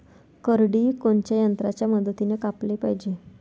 करडी कोनच्या यंत्राच्या मदतीनं कापाले पायजे?